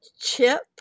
chip